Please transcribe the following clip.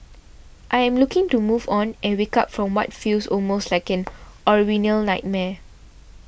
I am looking to move on and wake up from what feels almost like an Orwellian nightmare